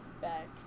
back